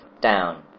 down